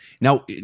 Now